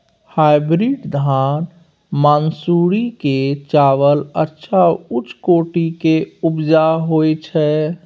Hybrid धान मानसुरी के चावल अच्छा उच्च कोटि के उपजा होय छै?